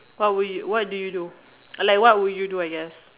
what would you what do you do uh like what would you do I guess